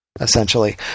Essentially